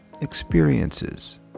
experiences